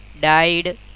died